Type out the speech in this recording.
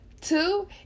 Two